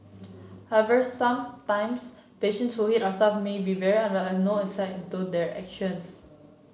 however sometimes patients who hit our staff may be very unwell and no insight into their actions